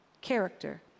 character